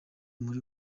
muri